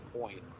point